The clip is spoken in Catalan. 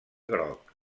groc